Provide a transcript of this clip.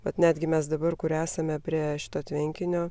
vat netgi mes dabar kur esame prie šito tvenkinio